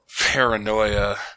paranoia